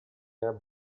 air